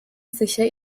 sicher